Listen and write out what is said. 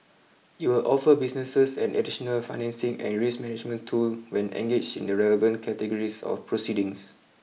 it will offer businesses an additional financing and risk management tool when engaged in the relevant categories of proceedings